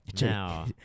Now